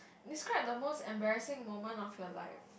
describe the most embarrassing moment of your life